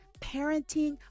parenting